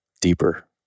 deeper